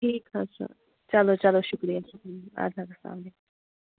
ٹھیٖک حظ چھُ چلو چلو شُکریہ شُکریہ اَدٕ حظ اَسلامُ علیکُم